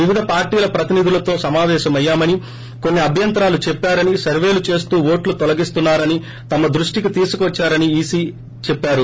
వివిధ పార్టీల ప్రతినిధులతో సమాపేశమయ్యామని కొన్ని అభ్యంతరాలు చెప్పారని సర్వేలు చేస్తూ ఓట్లు తొలగిస్తున్నారని తమ దృష్టికి తీసుకోచ్చారని సీఈసీ చెప్పారు